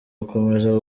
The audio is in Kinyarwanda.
gukomeza